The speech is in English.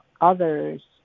others